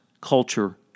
culture